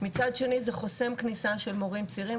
מצד שני זה חוסם כניסה של מורים צעירים,